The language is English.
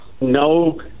no